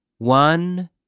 One